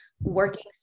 working